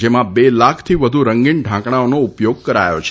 જેમાં બે લાખથી વધુ રંગીન ઢાંકણાઓનો ઉપયોગ કરાયો છે